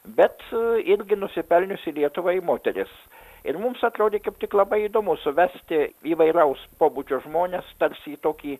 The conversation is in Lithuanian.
bet irgi nusipelniusi lietuvai moteris ir mums atrodė kaip tik labai įdomu suvesti įvairaus pobūdžio žmones tarsi į tokį